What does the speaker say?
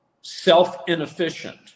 self-inefficient